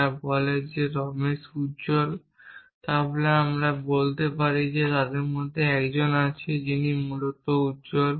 যা বলে যে রমেশ উজ্জ্বল তাহলে আমি বলতে পারি যে তাদের মধ্যে এমন একজন আছে যিনি মূলত উজ্জ্বল